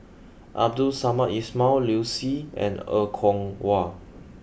Abdul Samad Ismail Liu Si and Er Kwong Wah